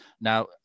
Now